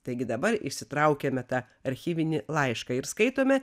taigi dabar išsitraukėme tą archyvinį laišką ir skaitome